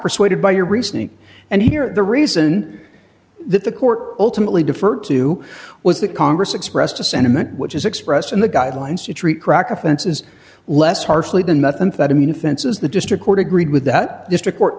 persuaded by your reasoning and here the reason that the court ultimately deferred to was that congress expressed a sentiment which is expressed in the guidelines to treat crack offenses less harshly than methamphetamine offenses the district court agreed with that district